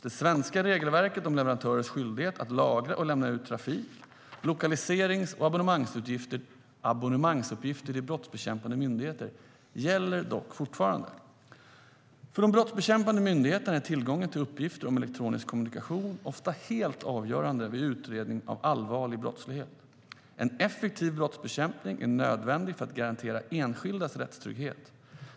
Det svenska regelverket om leverantörernas skyldighet att lagra och lämna ut trafik, lokaliserings och abonnemangsuppgifter till brottsbekämpande myndigheter gäller dock fortfarande. För de brottsbekämpande myndigheterna är tillgången till uppgifter om elektronisk kommunikation ofta helt avgörande vid utredning av allvarlig brottslighet. En effektiv brottsbekämpning är nödvändig för att garantera enskildas rättstrygghet.